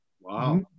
Wow